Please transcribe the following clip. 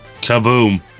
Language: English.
Kaboom